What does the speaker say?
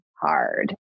hard